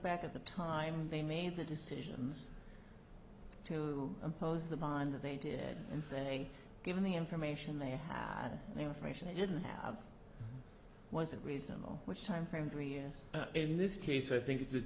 back at the time they made the decisions to impose the bond that they did and say given the information they had the information they didn't have wasn't reasonable which time frame three s in this case i think it's a